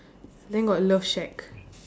then got love shack